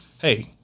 hey